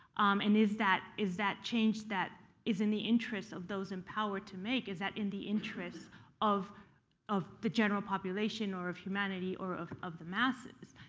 um and is that is that change that is in the interests of those in power to make? is that in the interests of of the general population or of humanity or of of the masses?